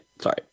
Sorry